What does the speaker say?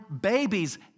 babies